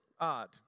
odd